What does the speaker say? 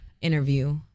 interview